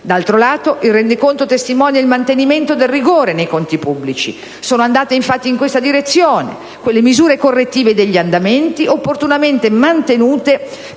Dall'altro lato, il rendiconto testimonia il mantenimento del rigore nei conti pubblici. Sono andate in questa direzione, infatti, quelle misure correttive degli andamenti, opportunamente mantenute per